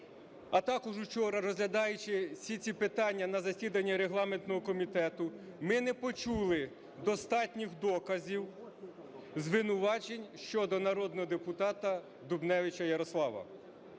а також учора розглядаючи всі ці питання на засіданні регламентного комітету, ми не почули достатніх доказів звинувачень щодо народного депутата Дубневича Ярослава.